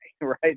right